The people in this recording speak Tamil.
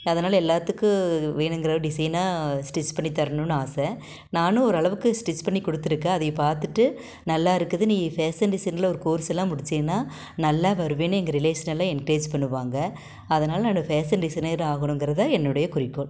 அதனால எல்லாத்துக்கு வேணுங்கற டிசைனாக ஸ்டிச் பண்ணி தர்ணுனு ஆசை நான் ஓரளவுக்கு ஸ்டிச் பண்ணி கொடுத்துருக்கன் அதை பார்த்துட்டு நல்லாருக்குது நீ ஃபேஷன் டிசைனில் ஒரு கோர்சலாம் முடிச்சுன்னா நல்லா வருவேன்னு எங்கள் ரிலேஷன்லாம் என்க்ரேஜ் பண்ணுவாங்க அதனால் நான் ஃபேஷன் டிசைனராகணுங்கற தான் என்னுடைய குறிக்கோள்